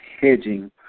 hedging